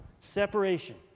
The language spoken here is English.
Separation